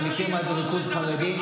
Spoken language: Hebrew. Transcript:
ואתה מכיר מה זה ריכוז חרדי,